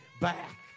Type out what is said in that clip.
back